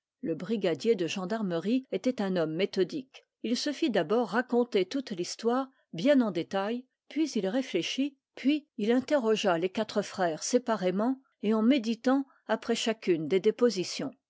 le brigadier de gendarmerie était un homme méthodique il se fit d'abord raconter toute l'histoire bien en détail puis il réfléchit puis il interrogea les quatre frères séparément et en méditant après chacune des dépositions